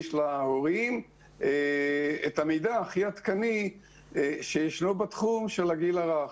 להנגיש להורים את המידע הכי עדכני שיש בתחום של הגיל הרך.